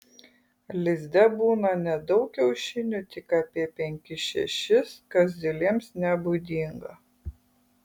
lizde būna nedaug kiaušinių tik apie penkis šešis kas zylėms nebūdinga